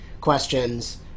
questions